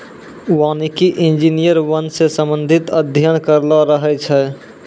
वानिकी इंजीनियर वन से संबंधित अध्ययन करलो रहै छै